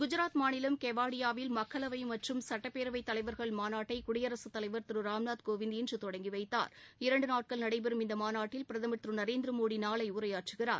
குஜராத் மாநிலம் கெவாடியாவில் மக்களவைமற்றும் சுட்டப்பேரவைதலைவா்கள் மாநாட்டைகுடியரசுத் தலைவர் திருராம்நாத் கோவிந்த் இன்றதொடங்கிவைத்தார் இரண்டுநாட்கள் நடைபெறும் இந்தமாநாட்டில் பிரதமர் திருநரேந்திரமோடிநாளைஉரையாற்றுகிறார்